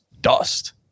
dust